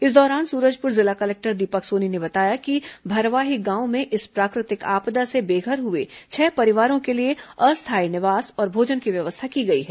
इस दौरान सूरजपुर जिला कलेक्टर दीपक सोनी ने बताया कि भरवाही गांव में इस प्राकृतिक आपदा से बेघर हुए छह परिवारों के लिए अस्थायी निवास और भोजन की व्यवस्था की गई है